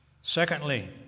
Secondly